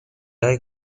هایی